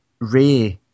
Ray